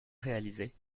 réalisé